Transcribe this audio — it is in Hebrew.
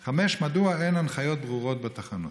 5. מדוע אין הנחיות ברורות בתחנות?